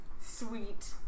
sweet